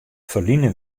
ferline